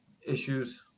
issues